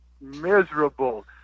miserable